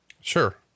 Sure